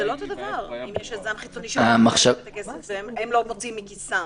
זה לא אותו דבר אם יש יזם חיצוני שמשלם את הכסף והם לא מוציאים מכיסם.